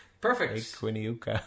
Perfect